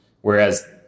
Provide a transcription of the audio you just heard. Whereas